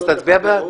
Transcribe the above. אז תצביע בעד.